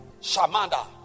Shamanda